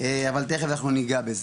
אבל תיכף אנחנו ניגע בזה.